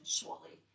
shortly